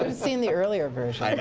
seen the earlier version. i